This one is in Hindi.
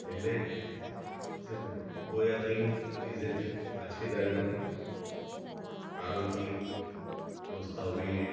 पहले सिर्फ दो या तीन चीज़ें थीं आज की तारीख़ में कारों की व्यवस्था हो गई है